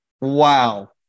Wow